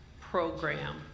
program